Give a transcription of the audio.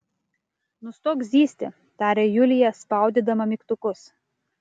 nustok zyzti tarė julija spaudydama mygtukus